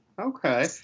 Okay